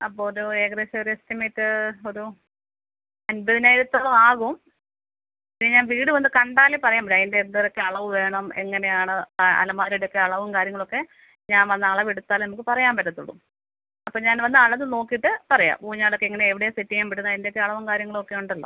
അപ്പം ഒരു ഏകദേശം ഒരു എസ്റ്റിമേറ്റ് ഒരൂ അൻപതിനായിരത്തോളവാകും പിന്നെ വീട് വന്ന് കണ്ടാലേ പറയാൻ പറ്റൂ അതിന്റെ റെ എന്തോരം അളവ് വേണം എങ്ങനെയാണ് അലമാരയുടെയൊക്കെ അളവും കാര്യങ്ങളൊക്കെ ഞാൻ വന്ന് അളവെടുത്താലെ നമുക്ക് പറയാൻ പറ്റത്തുള്ളൂ അപ്പം ഞാൻ വന്ന് അളന്ന് നോക്കിയിട്ട് പറയാം ഊഞ്ഞാലൊക്കെ എങ്ങനെ എവിടെയാണ് സെറ്റ് ചെയ്യാൻ പറ്റുന്നത് അതിന്റെയൊക്കെ അളവും കാര്യങ്ങളും ഒക്കെ ഉണ്ടല്ലോ